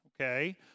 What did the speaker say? okay